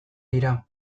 dira